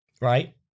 right